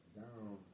down